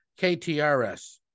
KTRS